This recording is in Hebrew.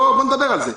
בוא נדבר על זה,